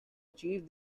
achieve